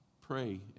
pray